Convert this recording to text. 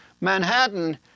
Manhattan